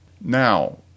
Now